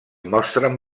mostren